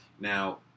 Now